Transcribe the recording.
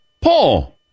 Paul